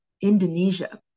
Indonesia